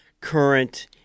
current